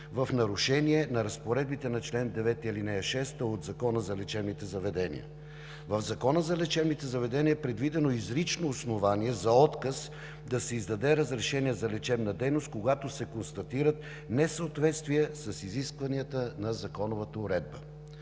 в нарушение на разпоредбите на чл. 9, ал. 6 от Закона за лечебните заведения. В Закона за лечебните заведения е предвидено изрично основание за отказ да се издаде разрешение за лечебна дейност, когато се констатират несъответствия с изискванията на законовата уредба.